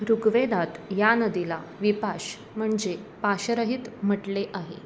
ऋग्वेदात या नदीला विपाश म्हणजे पाशरहित म्हटले आहे